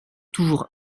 toujours